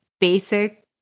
basic